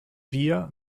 wir